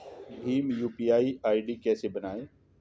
Bhim UPI ID कैसे बनाएं?